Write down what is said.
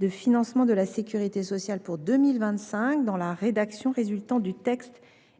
de financement de la sécurité sociale pour 2025 dans la rédaction résultant du texte